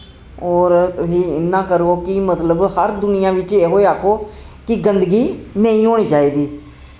और तुसी इन्ना करो कि मतलब हर दुनियां बिच एहो ही आक्खो कि गंदगी नेईं होनी चाहिदी